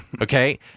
okay